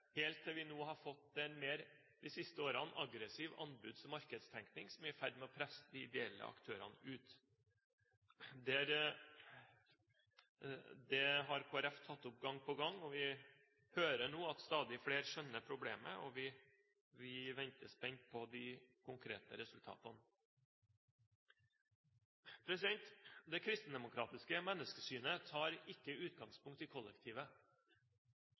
helt til vi nå – de siste årene – har fått en mer aggressiv anbuds- og markedstenkning som er i ferd med å presse de ideelle aktørene ut. Det har Kristelig Folkeparti tatt opp gang på gang, og vi hører nå at stadig flere skjønner problemet. Vi venter spent på de konkrete resultatene. Det kristendemokratiske menneskesynet tar ikke utgangspunkt i kollektivet.